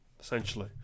essentially